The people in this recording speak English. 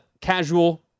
casual